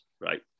right